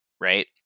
right